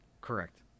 Correct